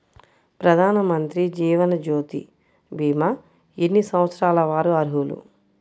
ప్రధానమంత్రి జీవనజ్యోతి భీమా ఎన్ని సంవత్సరాల వారు అర్హులు?